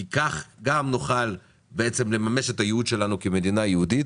כי כך גם נוכל בעצם לממש את הייעוד שלנו כמדינה יהודית